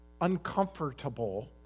uncomfortable